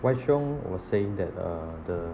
wai xiong was saying that uh the